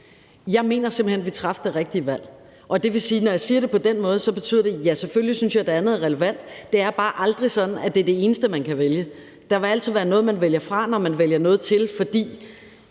Jeg mener simpelt hen, at vi traf det rigtige valg, og når jeg siger det på den måde, betyder det, at, ja, selvfølgelig synes jeg, der er noget relevant. Det er bare aldrig sådan, at det er det eneste, man kan vælge. Der vil altid være noget, man vælger fra, når man vælger noget til, fordi